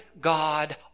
God